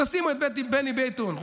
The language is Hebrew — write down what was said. תשימו את בני ביטון,